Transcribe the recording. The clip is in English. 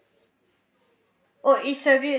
oh it's a re~